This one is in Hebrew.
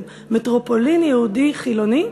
מטרופולין יהודי-חילוני,